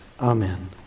Amen